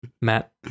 Matt